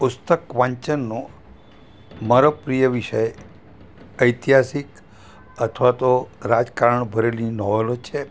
પુસ્તક વાંચનનો મારો પ્રિય વિષય ઐતિહાસિક અથવા તો રાજકારણ ભરેલી નૉવેલો છે